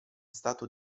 stato